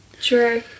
True